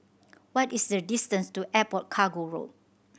what is the distance to Airport Cargo Road